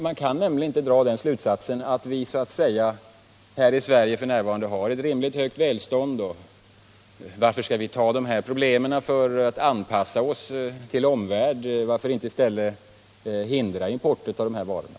Man kan nämligen inte dra slutsatsen att vi f. n. har ett högt välstånd i Sverige och säga: Varför skall vi ta på oss sådana problem för att anpassa oss till omvärlden? Varför inte i stället hindra importen av de där varorna?